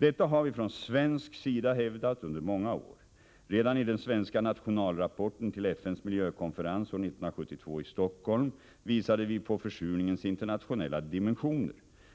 Detta har vi från svensk sida hävdat under många år. Redan i den svenska nationalrapporten till FN:s miljökonferens år 1972 i Stockholm visade vi på försurningens internationella dimensioner.